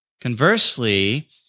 Conversely